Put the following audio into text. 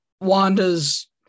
Wanda's